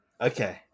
Okay